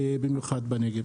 במיוחד בנגב.